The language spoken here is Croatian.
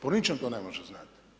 Po ničem to ne može znati.